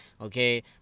okay